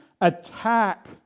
attack